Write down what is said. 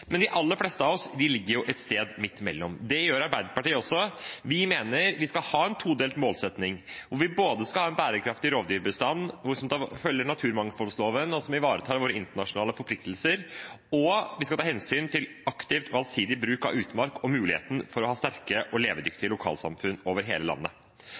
Men de aller fleste av oss ligger et sted midt imellom. Det gjør Arbeiderpartiet også. Vi mener at vi skal ha en todelt målsetting, hvor vi både skal ha en bærekraftig rovdyrbestand, følge naturmangfoldloven og ivareta våre internasjonale forpliktelser og ta hensyn til aktiv og allsidig bruk av utmark og muligheten for å ha sterke og levedyktige lokalsamfunn over hele landet.